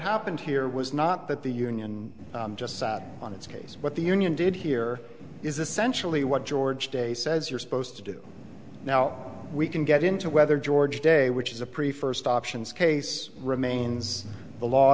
happened here was not that the union just sat on its case what the union did here is essentially what george day says you're supposed to do now we can get into whether george day which is a pretty first options case remains the law